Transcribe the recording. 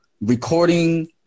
recording